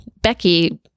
Becky